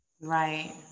right